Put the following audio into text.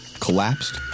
collapsed